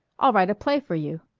i'll write a play for you.